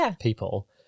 people